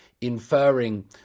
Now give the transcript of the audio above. inferring